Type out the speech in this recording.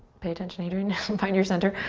pay attention, adriene, and find your center.